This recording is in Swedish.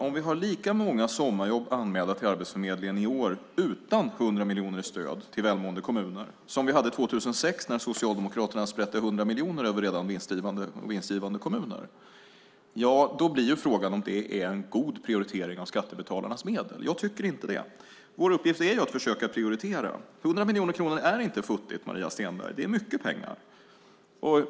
Om vi har lika många sommarjobb anmälda till Arbetsförmedlingen i år utan 100 miljoner i stöd till välmående kommuner som vi hade 2006 när Socialdemokraterna sprätte 100 miljoner över redan vinstdrivande och vinstgivande kommuner blir ju frågan om det är en god prioritering av skattebetalarnas medel. Jag tycker inte det. Vår uppgift är att försöka prioritera. 100 miljoner kronor är inte futtigt, Maria Stenberg. Det är mycket pengar.